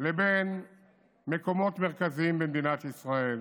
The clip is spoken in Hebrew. לבין מקומות מרכזיים במדינת ישראל.